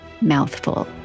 mouthful